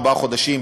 ארבעה חודשים,